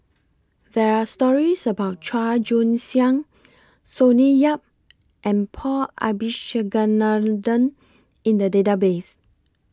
There Are stories about Chua Joon Siang Sonny Yap and Paul Abisheganaden in The Database